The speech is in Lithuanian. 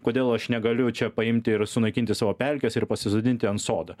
kodėl aš negaliu čia paimti ir sunaikinti savo pelkės ir pasisodinti ten sodą